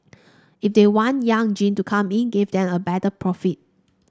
if they want young gen to come in give them a better profit